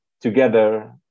together